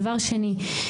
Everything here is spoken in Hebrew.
דבר שני,